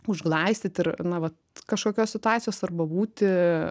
užglaistyti ir na vat kažkokios situacijos arba būti